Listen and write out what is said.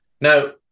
Now